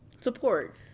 support